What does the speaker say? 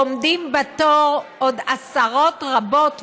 עומדים בתור עוד עשרות, רבות ורבים,